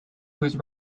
food